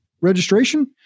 registration